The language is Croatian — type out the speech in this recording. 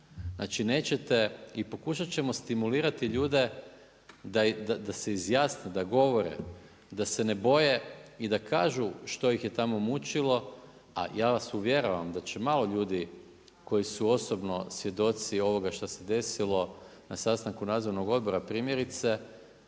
znači nećete, i pokušat ćemo stimulirati ljude da se izjasne, da govore, da se ne boje, i da kažu što ih je tamo mučilo, a ja vas uvjeravam da će malo ljudi koji su osobno svjedoci ovoga šta se desilo na sastanku Nadzornog odbora primjerice,